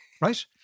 Right